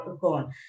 gone